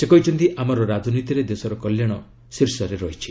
ସେ କହିଛନ୍ତି ଆମର ରାଜନୀତିରେ ଦେଶର କଲ୍ୟାଣ ଶୀର୍ଷରେ ରହିଛି